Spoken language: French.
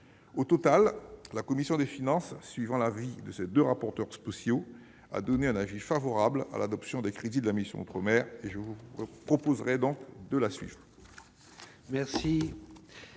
Au final, la commission des finances, suivant l'avis de ses deux rapporteurs spéciaux, a émis un avis favorable à l'adoption des crédits de la mission « Outre-mer ». Je vous proposerai donc de la suivre.